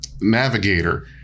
navigator